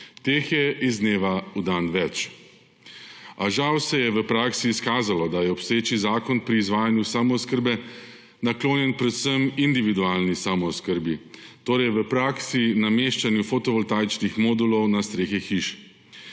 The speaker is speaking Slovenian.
Teh je iz dneva v dan več. A žal se je v praksi izkazalo, da je obstoječi zakon pri izvajanju samooskrbe naklonjen predvsem individualni samooskrbi, torej v praksi nameščanju fotovoltaičnih modulov na strehi hiše,